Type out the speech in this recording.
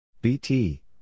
BT